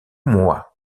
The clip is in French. mois